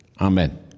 Amen